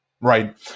right